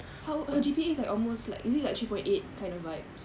how her G_P_A is like almost like it is like three point eight kinda vibes